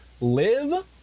live